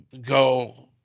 go